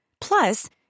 Plus